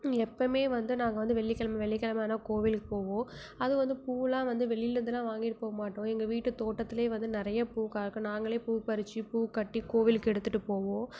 எப்பவுமே வந்து நாங்கள் வந்து வெள்ளிக்கிழம வெள்ளிக்கிழம ஆனால் கோவிலுக்குப் போவோம் அதுவும் வந்து பூவெலாம் வந்து வெளியிலேருந்தெல்லாம் வாங்கிட்டு போகமாட்டோம் எங்கள் வீட்டு தோட்டத்திலேயே வந்து நிறைய பூ கிடக்கும் நாங்களே பூ பறித்து பூ கட்டி கோவிலுக்கு எடுத்துட்டு போவோம்